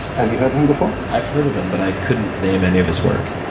have you heard of him before? i've heard of him, but i couldn't name any of his work.